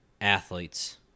athletes